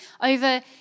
over